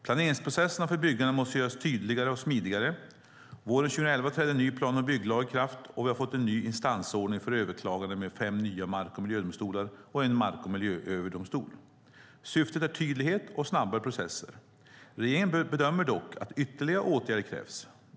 Planeringsprocesserna för byggande måste göras tydligare och smidigare. Våren 2011 trädde en ny plan och bygglag i kraft, och vi har fått en ny instansordning för överklaganden med fem nya mark och miljödomstolar och en mark och miljööverdomstol. Syftet är tydlighet och snabbare processer. Regeringen bedömer dock att ytterligare åtgärder krävs.